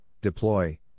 deploy